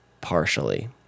partially